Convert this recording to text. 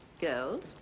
Girls